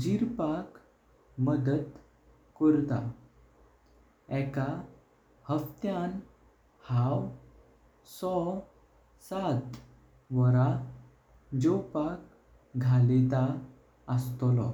जीरपाक मदत कर्ता, एका हाफ्त्यान हांव सोय सात वोरां जेवपाक घालेता आसतलो।